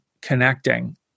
connecting